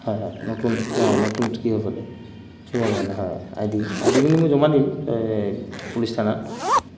হয় হয় নতুন অ নতুন কি হ'ব দে চিমৰ কাৰণে হয় আই ডি আই ডি খিনি মই জমা দিম এই পুলিচ থানাত